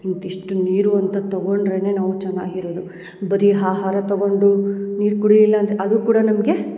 ಇಂತಿಷ್ಟು ನೀರು ಅಂತ ತೊಗೊಂಡರೇನೆ ನಾವು ಚೆನ್ನಾಗಿರೋದು ಬರಿ ಆಹಾರ ತಗೊಂಡು ನೀರು ಕುಡಿಲಿಲ್ಲ ಅಂದರೆ ಅದು ಕೂಡ ನಮಗೆ